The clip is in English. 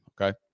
Okay